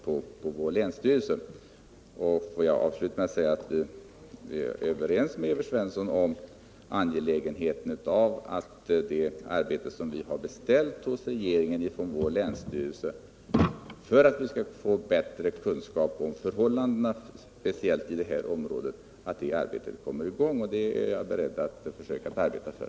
Jag vill avsluta med att säga att jag är överens med Evert Svensson om angelägenheten i att det arbete vår länsstyrelse har beställt hos regeringen för att få bättre kunskap om förhållandena speciellt i det här området kommer i gång. Det är jag beredd att försöka arbeta för.